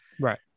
Right